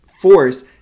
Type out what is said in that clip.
force